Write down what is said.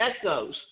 echoes